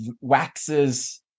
waxes